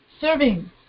serving